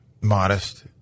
modest